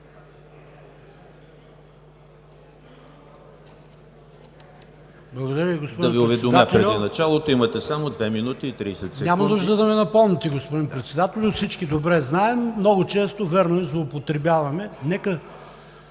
Благодаря, господин Председател.